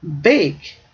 Bake